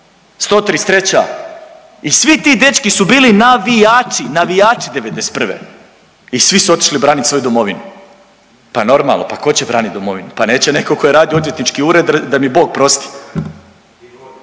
133. i svi ti dečki su bili navijači, navijači '91. i svi su otišli braniti svoju domovinu. Pa normalno, pa tko će braniti domovinu? Pa neće netko tko je radio u odvjetnički ured, da mi Bog 'prosti.